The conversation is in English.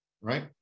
right